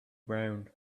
ground